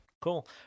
Cool